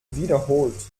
wiederholt